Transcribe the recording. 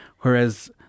whereas